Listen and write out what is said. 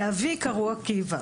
לאבי קראו עקיבא